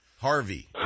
Harvey